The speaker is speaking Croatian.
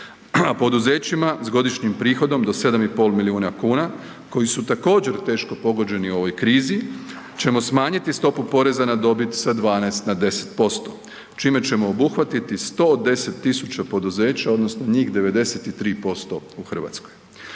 a poduzećima s godišnjim prihodom do 7,5 miliona kuna koji su također teško pogođeni u ovoj krizi ćemo smanjiti stopu poreza na dobit sa 12 na 10% čime ćemo obuhvatiti 110.000 poduzeća odnosno njih 93% u Hrvatskoj.